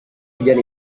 ujian